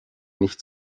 nicht